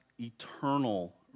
eternal